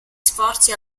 sforzi